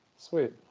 sweet